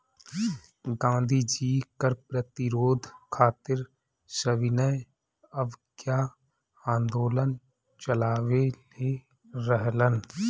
गांधी जी कर प्रतिरोध खातिर सविनय अवज्ञा आन्दोलन चालवले रहलन